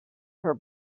her